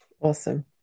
Awesome